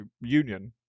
union